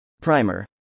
Primer